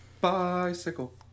bicycle